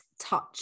touch